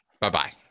Bye-bye